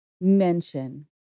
mention